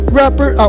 rapper